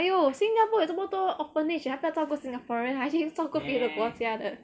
!aiyo! singapore 有这么多 orphanage 还不要照顾 singaporeans 还去照顾别的国家的